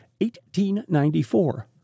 1894